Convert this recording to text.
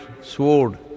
sword